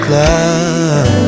love